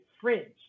fringe